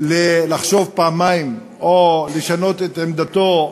לחשוב פעמיים או לשנות את עמדתו,